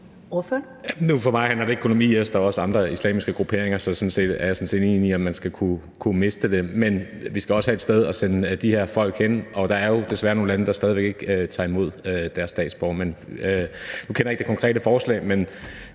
For mig handler det ikke kun om IS – der er også andre islamiske grupperinger. Jeg er sådan set enig i, at man skal kunne miste det, men vi skal også have et sted at sende de her folk hen, og der er jo desværre nogle lande, der stadig væk ikke tager imod deres egne statsborgere. Nu kender jeg ikke det konkrete forslag,